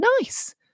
nice